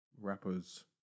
rappers